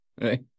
Right